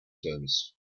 service